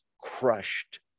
crushed